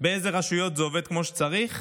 באיזה רשויות זה עובד כמו שצריך,